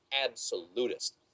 absolutist